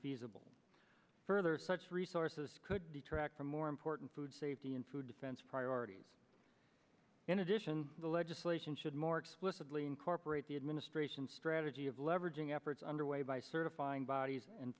feasible further such resources could be tracked for more important food safety and food defense priorities in addition the legislation should more explicitly incorporate the administration's strategy of leveraging efforts underway by certifying bodies and